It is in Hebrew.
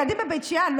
לילדים בבית שאן,